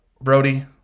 Brody